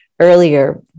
earlier